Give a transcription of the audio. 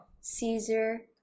Caesar